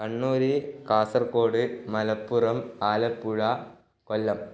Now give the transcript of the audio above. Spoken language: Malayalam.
കണ്ണൂർ കാസർകോട് മലപ്പുറം ആലപ്പുഴ കൊല്ലം